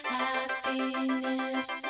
happiness